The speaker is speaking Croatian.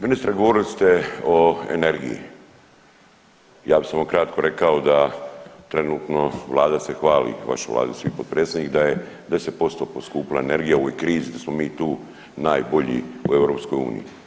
Ministre govorili ste o energiji, ja bi samo kratko rekao da trenutno vlada se hvali u vašoj vladi di ste vi potpredsjednik da je 10% poskupila energija u ovoj krizi da smo mi tu najbolji u EU.